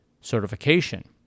certification